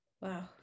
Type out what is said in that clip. Wow